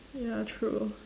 ya true